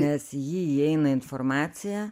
nes į jį įeina informacija